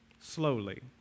slowly